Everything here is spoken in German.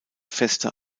feste